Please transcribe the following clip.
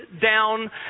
down